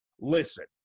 listen